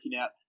out